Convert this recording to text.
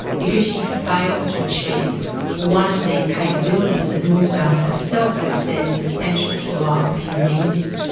because she fails to achieve one of these capabilities that nussbaum herself has said is essential to a life of human dignity.